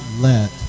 let